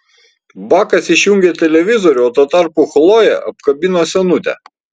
bakas išjungė televizorių o tuo tarpu chlojė apkabino senutę